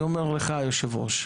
אני אומר לך היושב ראש,